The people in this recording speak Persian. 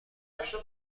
نباشین